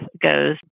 goes